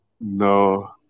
no